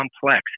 complex